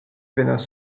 venas